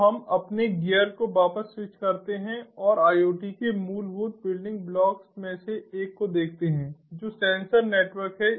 तो हम अपने गियर को वापस स्विच करते हैं और IoT के मूलभूत बिल्डिंग ब्लॉक्स में से एक को देखते हैं जो सेंसर नेटवर्क है